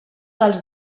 dels